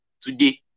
today